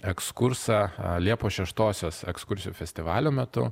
ekskursą liepos šeštosios ekskursijų festivalio metu